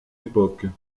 époque